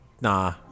Nah